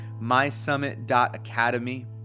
mysummit.academy